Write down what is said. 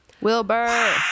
wilbur